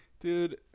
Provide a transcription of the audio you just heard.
Dude